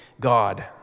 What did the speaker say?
God